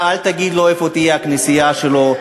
אתה אל תגיד לו איפה תהיה הכנסייה שלו.